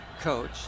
coach